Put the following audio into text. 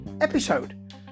episode